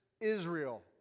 Israel